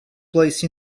place